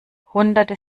hunderte